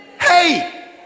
Hey